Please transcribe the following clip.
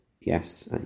yes